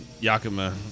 Yakima